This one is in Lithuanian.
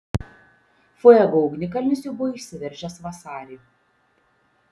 fuego ugnikalnis jau buvo išsiveržęs vasarį